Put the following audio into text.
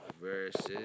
versus